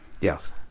Yes